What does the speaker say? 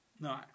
No